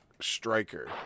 striker